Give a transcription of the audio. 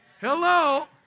Hello